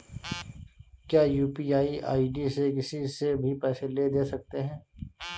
क्या UPI ID से किसी से भी पैसे ले दे सकते हैं?